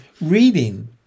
reading